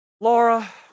Laura